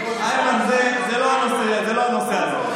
איימן, איימן, זה לא הנושא הזה.